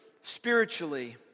spiritually